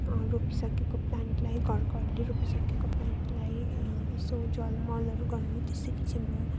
रोपिसकेको प्लान्टलाई घरकोहरूले रोपिसकेको प्लान्टलाई यसो जलमलहरू गर्नु त्यसरी चाहिँ म